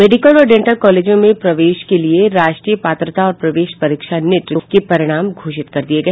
medical और dental कालेजों में प्रवेश के लिए राष्ट्रीय पात्रता और प्रवेश परीक्षा नीट के परिणाम घोषित कर दिए गए